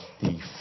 thief